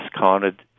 discounted